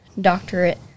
Doctorate